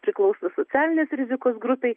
priklauso socialinės rizikos grupei